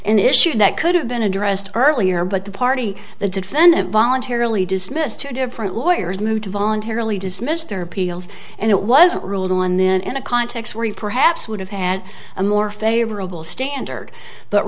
an issue that could have been addressed earlier but the party the defendant voluntarily dismissed two different lawyers moved to voluntarily dismissed their appeals and it was ruled on then in a context where he perhaps would have had a more favorable